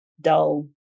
dull